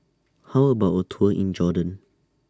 How about A Tour in Jordan